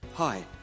Hi